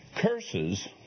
Curses